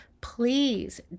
please